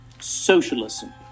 socialism